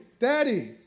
Daddy